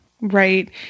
Right